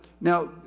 now